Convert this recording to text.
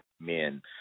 men